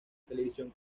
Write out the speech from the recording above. televisión